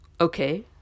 Okay